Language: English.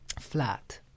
Flat